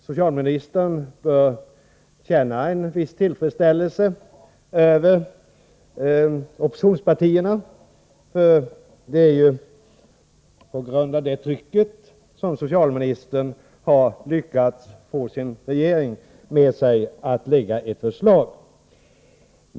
Socialministern bör känna en viss tillfredsställelse över oppositionspartiernas agerande, för det är på grund av det trycket som socialministern har lyckats få sin regering med sig och lägga fram ett förslag.